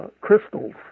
crystals